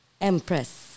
Empress